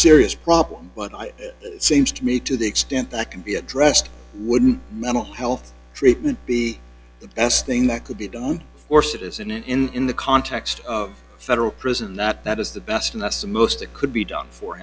serious problem but i seems to me to the extent that can be addressed wouldn't mental health treatment be the best thing that could be done for citizen in the context of federal prison that that is the best and that's the most that could be done for